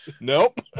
Nope